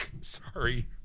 Sorry